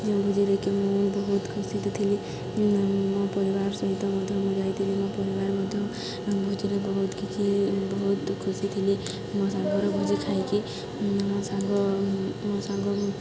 ଯେଉଁ ଭୁଜିରେକି ମୁଁ ବହୁତ ଖୁସି ଥିଲି ମୋ ପରିବାର ସହିତ ମଧ୍ୟ ମୁଁ ଯାଇଥିଲି ମୋ ପରିବାର ମଧ୍ୟ ଭୋଜିରେ ବହୁତ କିଛି ବହୁତ ଖୁସି ଥିଲେ ମୋ ସାଙ୍ଗର ଭୋଜି ଖାଇକି ମୋ ସାଙ୍ଗ ମୋ ସାଙ୍ଗ